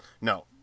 no